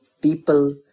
people